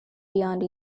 beyond